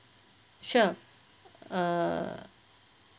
sure err